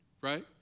right